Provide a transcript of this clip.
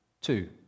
two